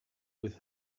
with